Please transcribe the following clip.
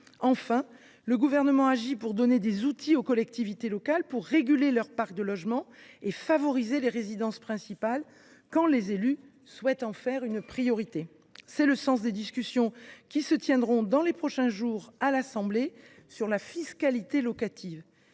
Enfin, le Gouvernement agit pour donner des outils aux collectivités locales de manière à réguler leurs parcs de logements et favoriser les résidences principales quand les élus souhaitent en faire une priorité. C’est le sens des discussions qui se tiendront dans les prochains jours à l’Assemblée nationale sur la fiscalité locative.